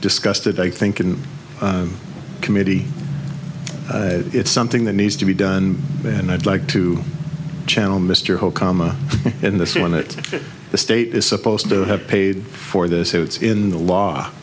discussed it i think in committee it's something that needs to be done and i'd like to channel mr whole comma in this one that the state is supposed to have paid for this it's in the law